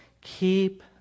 keep